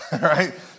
right